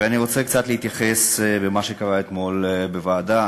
ואני רוצה קצת להתייחס למה שקרה אתמול בוועדה.